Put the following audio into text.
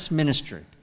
ministry